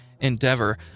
endeavor